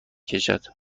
کشد